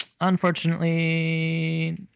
Unfortunately